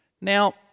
Now